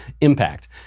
impact